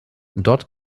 dort